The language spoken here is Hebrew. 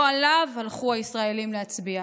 לא עליו הלכו הישראלים להצביע.